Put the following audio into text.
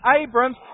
Abrams